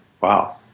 wow